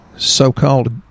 so-called